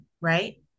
Right